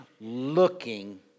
looking